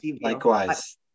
Likewise